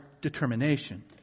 determination